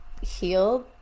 heal